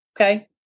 okay